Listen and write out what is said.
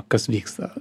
kas vyksta